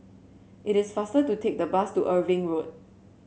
it is faster to take the bus to Irving Road